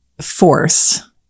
force